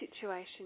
situation